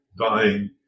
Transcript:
dying